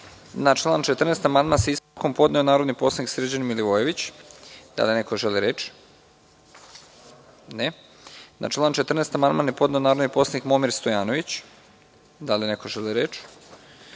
član 14. amandman sa ispravkom je podneo narodni poslanik Srđan Milivojević. Da li neko želi reč? Ne. Na član 14. amandman je podneo narodni poslanik Momir Stojanović. Da li neko želi reč?